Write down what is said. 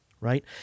right